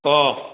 অঁ